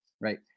Right